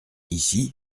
ici